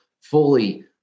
fully